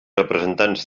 representants